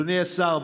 אדוני השר,